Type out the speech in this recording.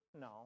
No